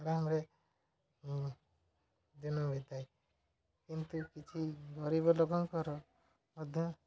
ଆରାମରେ ଦିନ ବିତାଏ କିନ୍ତୁ କିଛି ଗରିବ ଲୋକଙ୍କର ମଧ୍ୟ